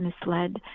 misled